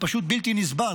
הוא פשוט בלתי נסבל.